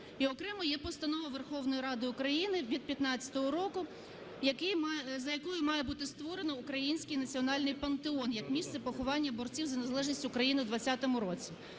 І окремо є Постанова Верховної Ради України від 2015 року, за якою має бути створено Український національний пантеон як місце поховання борців за незалежність України у 20-му році.